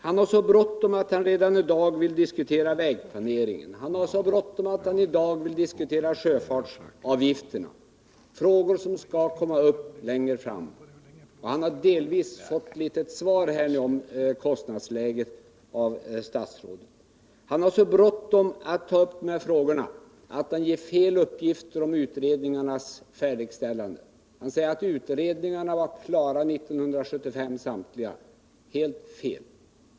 Han har så bråttom att han redan i dag vill diskutera vägplaneringen och sjöfartsavgifterna, alltså frågor som skall komma upp längre fram. Delvis har han emellertid nu fått svar på sina frågor av kommunikationsministern. Men herr Hugosson har så bråttom att ta upp dessa frågor att han lämnar fel uppgifter om utredningarnas färdigställande. Han sade att samtliga utredningar var klara 1975. Det är alldeles fel!